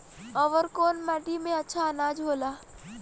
अवर कौन माटी मे अच्छा आनाज होला?